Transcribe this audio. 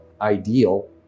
ideal